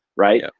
right? ah